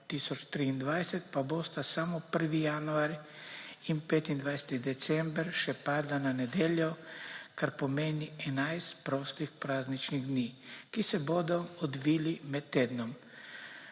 pa bosta samo 1. januar in 25. december še padla na nedeljo, kar pomeni 11 prostih prazničnih dni, ki se bodo odvili med tednom.